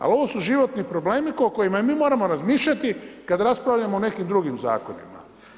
Ali ovo su životni problemi o kojima mi moramo razmišljati kad raspravljamo o nekim drugim zakonima.